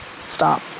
stop